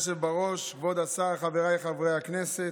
אדוני היושב בראש, כבוד השר, חבריי חברי הכנסת,